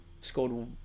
scored